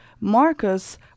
Marcus